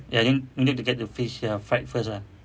ya you you need to get the fish ya fried first ah